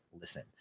listen